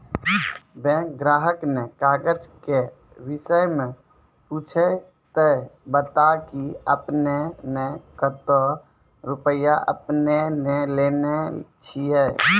Bank ग्राहक ने काज के विषय मे पुछे ते बता की आपने ने कतो रुपिया आपने ने लेने छिए?